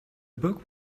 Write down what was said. book